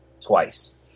twice